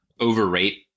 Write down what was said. overrate